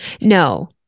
No